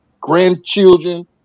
grandchildren